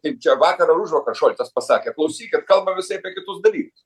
kaip čia vakar ar užvakar šolcas pasakė klausykit kalbam visai apie kitus dalykus